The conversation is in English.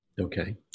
Okay